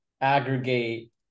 aggregate